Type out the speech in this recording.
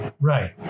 Right